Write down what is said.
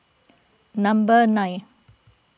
number nine